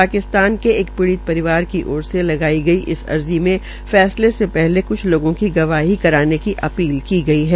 पाकिस्तान के एक पीडित परिवार की ओर से लगाई गई अर्जी में फैसले से पहले क्छ लोगों की गवाही कराने की अपील की गई है